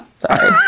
Sorry